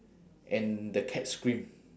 and the cat scream